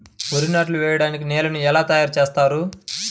వరి నాట్లు వేయటానికి నేలను ఎలా తయారు చేస్తారు?